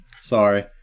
sorry